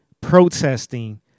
protesting